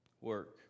work